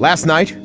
last night,